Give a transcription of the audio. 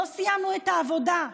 לא סיימנו את העבודה.